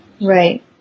Right